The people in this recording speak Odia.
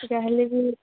ଯାହା ହେଲେବି